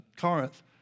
Corinth